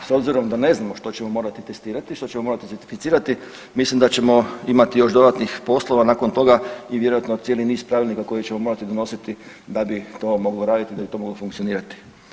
S obzirom da ne znamo što ćemo morati testirati, što ćemo morati certificirati mislim da ćemo imati još dodatnih poslova nakon toga i vjerojatno cijeli niz pravilnika koje ćemo morati donositi da bi to moglo raditi da bi to moglo funkcionirati.